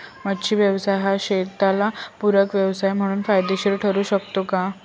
मच्छी व्यवसाय हा शेताला पूरक व्यवसाय म्हणून फायदेशीर ठरु शकतो का?